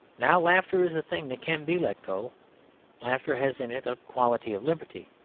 now laughter is a thing that can be let go laughter has in it a quality of liberty.